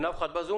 אין אף אחד בזום?